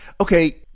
okay –